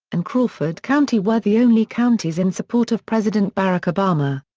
and crawford county were the only counties in support of president barack obama.